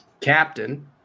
Captain